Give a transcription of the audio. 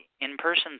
in-person